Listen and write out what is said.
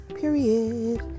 Period